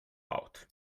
out